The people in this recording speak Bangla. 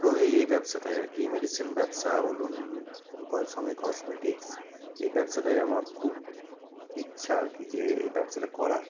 দুটোহই এই ব্যবসাটাই আর কি মেডিসিন ব্যবসা বলুন সঙ্গে কসমেটিক্স এই ব্যবসাটাই আমার খুব ইচ্ছা আর কি যে এই ব্যবসাটা করা